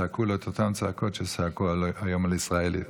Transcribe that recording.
צעקו לו את אותן צעקות שצעקו היום על ישראל הירש,